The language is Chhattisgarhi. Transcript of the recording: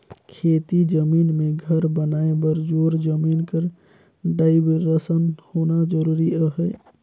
खेती जमीन मे घर बनाए बर तोर जमीन कर डाइवरसन होना जरूरी अहे